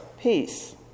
peace